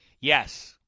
Yes